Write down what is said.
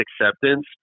acceptance